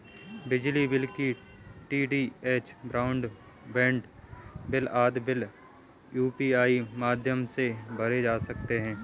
बिजली bill, DTH broadband bill आदि bill UPI माध्यम से भरे जा सकते हैं